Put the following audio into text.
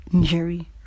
Jerry